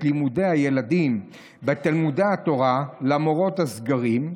לימודי הילדים בתלמודי התורה למרות הסגרים,